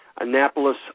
Annapolis